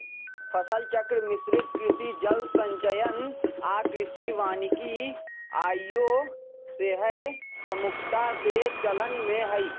फसल चक्र, मिश्रित कृषि, जल संचयन आऽ कृषि वानिकी आइयो सेहय प्रमुखता से चलन में हइ